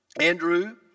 Andrew